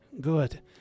Good